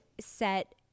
set